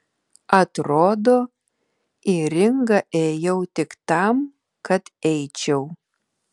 atrodo į ringą ėjau tik tam kad eičiau